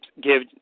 give